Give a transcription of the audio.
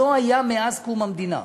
לא היה מאז קום המדינה.